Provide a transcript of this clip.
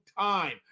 time